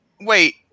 Wait